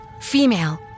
female